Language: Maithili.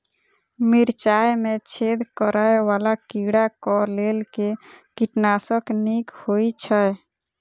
मिर्चाय मे छेद करै वला कीड़ा कऽ लेल केँ कीटनाशक नीक होइ छै?